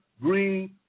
green